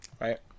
Right